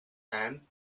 and